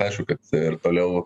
aišku kad ir toliau